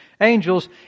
angels